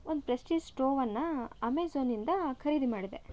ಒಂದು ಪ್ರೆಸ್ಟೀಜ್ ಸ್ಟೋವನ್ನು ಅಮೆಝಾನಿಂದ ಖರೀದಿ ಮಾಡಿದೆ